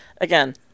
again